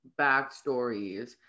backstories